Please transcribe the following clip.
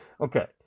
Okay